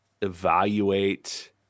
evaluate